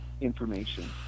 information